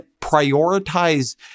prioritize